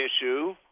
issue